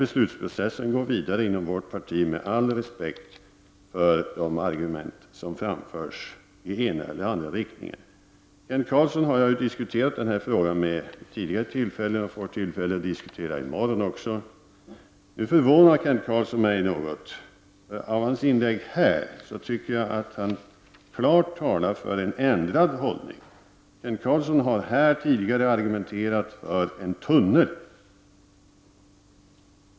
Beslutsprocessen går vidare inom vårt parti med all respekt för de argument som framförs i den ena eller den andra riktningen. Jag har tidigare diskuterat denna fråga med Kent Carlsson, och vi får tillfälle att diskutera den också i morgon. Kent Carlsson förvånar mig något. Hans inlägg här visar att han klart talar för en ändrad hållning. Tidigare har Kent Carlsson argumenterat för en tunnel.